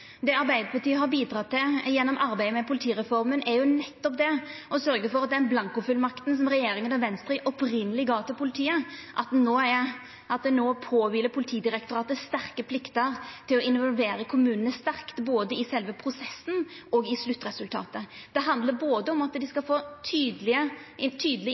Det Arbeidarpartiet har bidratt til gjennom arbeidet med politireforma, er å sørgja for, med omsyn til den blankofullmakta som regjeringa og Venstre opphavleg gav til politiet, at Politidirektoratet no har sterk plikt til å involvera kommunane sterkt både i sjølve prosessen og i sluttresultatet. Det handlar om at dei skal få tydeleg